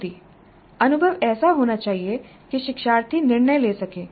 स्थिति अनुभव ऐसा होना चाहिए कि शिक्षार्थी निर्णय ले सकें